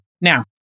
Now